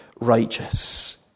righteous